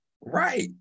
right